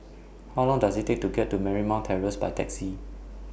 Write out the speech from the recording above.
How Long Does IT Take to get to Marymount Terrace By Taxi